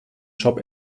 job